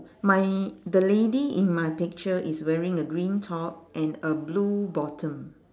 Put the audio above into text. my the lady in my picture is wearing a green top and a blue bottom